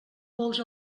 pols